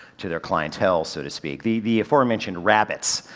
to their clientele so to speak. the, the aforementioned rabbits,